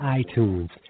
iTunes